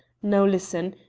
now listen.